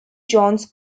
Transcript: johns